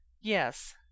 Yes